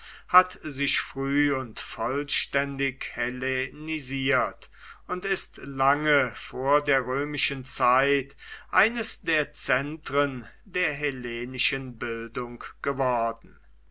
hat sich früh und vollständig hellenisiert und ist lange vor der römischen zeit eines der zentren der hellenischen bildung geworden